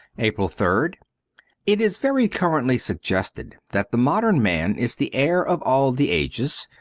april third it is very currently suggested that the modern man is the heir of all the ages,